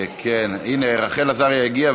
הינה, רחל עזריה הגיעה.